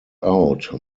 out